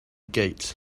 gate